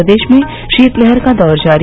प्रदेश में शीतलहर का दौर जारी